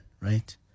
right